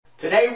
Today